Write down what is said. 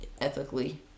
ethically